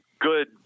good